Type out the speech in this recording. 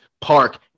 park